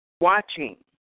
watching